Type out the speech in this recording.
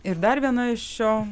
ir dar viena šio